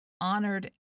honored